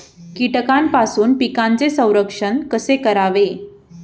कीटकांपासून पिकांचे संरक्षण कसे करावे?